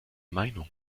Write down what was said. meinung